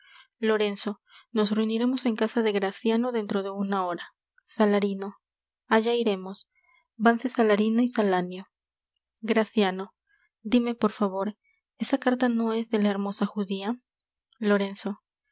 lorenzo nos reuniremos en casa de graciano dentro de una hora salarino allá iremos vanse salarino y salanio graciano dime por favor esa carta no es de la hermosa judía lorenzo